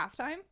halftime